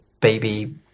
baby